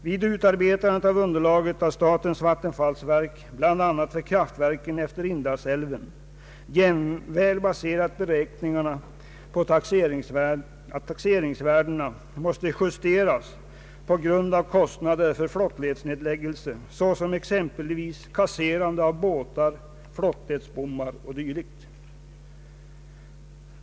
Vid utarbetandet av underlaget har statens vattenfallsverk bl.a. för kraftverken efter Indalsälven jämväl baserat beräkningarna på att taxeringsvärdena måste justeras på grund av kostnader för flottledsnedläggelse, såsom exempelvis kasserande av båtar, flottledsbommar o. d.